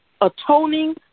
atoning